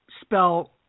spell